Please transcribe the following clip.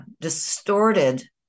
distorted